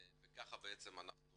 וכך בעצם אנחנו